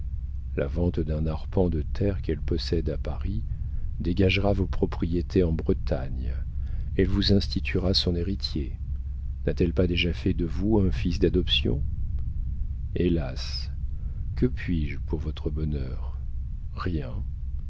la vente d'un arpent de terre qu'elle possède à paris dégagera vos propriétés en bretagne elle vous instituera son héritier n'a-t-elle pas déjà fait de vous un fils d'adoption hélas que puis-je pour votre bonheur rien